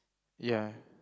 ya